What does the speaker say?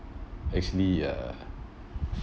actually uh